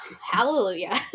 hallelujah